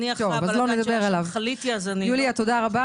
תודה רבה.